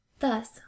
Thus